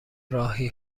راهی